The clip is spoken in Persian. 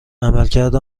عملکرد